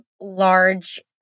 large